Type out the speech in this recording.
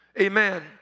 Amen